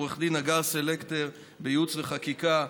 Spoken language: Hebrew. עו"ד הגר סלקטר בייעוץ וחקיקה,